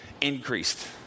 increased